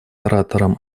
ораторам